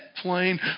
plane